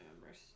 members